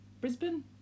Brisbane